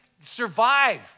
Survive